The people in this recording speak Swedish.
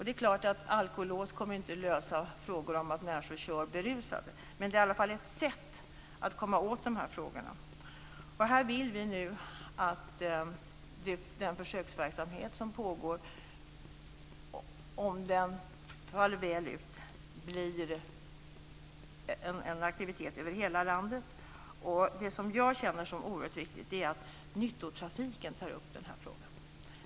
Det är klart att alkolås inte kommer att lösa alla problem med att människor kör berusade, men det är i alla fall ett sätt att komma åt de här problemen. När det gäller den försöksverksamhet som pågår vill vi att den, om den faller väl ut, blir en aktivitet över hela landet. Och det som jag känner som oerhört viktigt är att nyttotrafiken tar upp den här frågan.